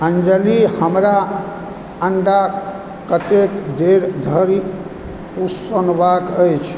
अंजली हमरा अंडा कतेक देर धरि उसनबाक चाही